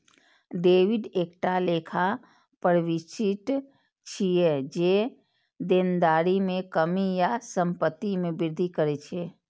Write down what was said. debit एकटा लेखा प्रवृष्टि छियै, जे देनदारी मे कमी या संपत्ति मे वृद्धि करै छै